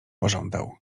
pożądał